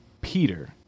Peter